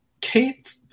Kate